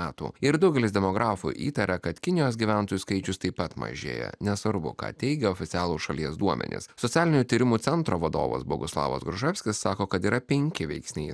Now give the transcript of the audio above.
metų ir daugelis demografų įtaria kad kinijos gyventojų skaičius taip pat mažėja nesvarbu ką teigia oficialūs šalies duomenis socialinių tyrimų centro vadovas boguslavas gruževskis sako kad yra penki veiksniai